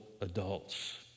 adults